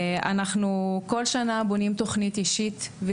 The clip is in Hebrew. אנחנו כל שנה בונים תוכנית אישית עבור כל